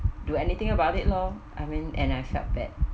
do anything about it lor I mean and I felt bad